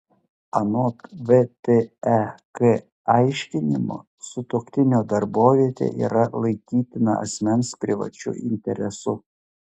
anot vtek aiškinimo sutuoktinio darbovietė yra laikytina asmens privačiu interesu